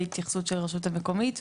0 ההסתייגות לא התקבלה.